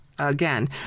again